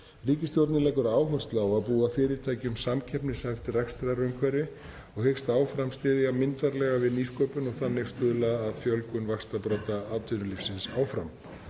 Ríkisstjórnin leggur áherslu á að búa fyrirtækjum samkeppnishæft rekstrarumhverfi og hyggst áfram styðja myndarlega við nýsköpun og þannig stuðla að fjölgun vaxtarbrodda atvinnulífsins.